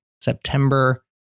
September